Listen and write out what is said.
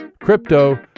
Crypto